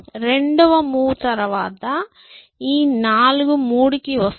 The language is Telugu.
రెండవ మూవ్ తరువాత ఈ 4 3 కి వస్తుంది